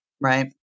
right